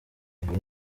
ibi